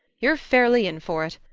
you're fairly in for it.